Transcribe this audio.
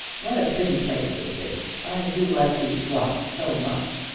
what a pretty place this is! i do like these rocks so much,